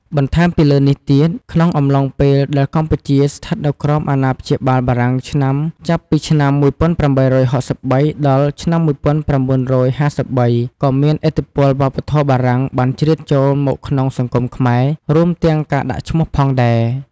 បន្ថែមពីលើនេះទៀត ក្នុងអំឡុងពេលដែលកម្ពុជាស្ថិតនៅក្រោមអាណាព្យាបាលបារាំងឆ្នាំ ចាប់ពីឆ្នាំ ១៨៦៣ ដល់ ១៩៥៣ ក៏មានឥទ្ធិពលវប្បធម៌បារាំងបានជ្រៀតចូលមកក្នុងសង្គមខ្មែរ រួមទាំងការដាក់ឈ្មោះផងដែរ។។